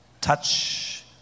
Touch